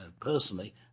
personally